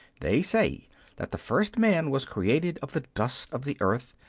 they say that the first man was created of the dust of the earth,